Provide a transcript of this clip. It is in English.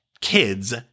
kids